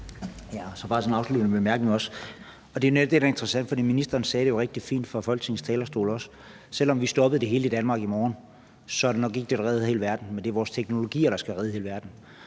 (DF): Bare som afsluttende bemærkning vil jeg sige, at det netop er det, der er interessant, for ministeren sagde det jo rigtig fint fra Folketingets talerstol. Selv om vi stoppede det hele i Danmark i morgen, er det nok ikke det, der redder hele verden, men det er vores teknologier, der skal redde hele verden.